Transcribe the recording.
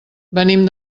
venim